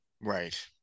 Right